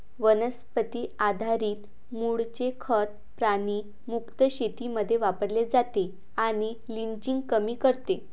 वनस्पती आधारित मूळचे खत प्राणी मुक्त शेतीमध्ये वापरले जाते आणि लिचिंग कमी करते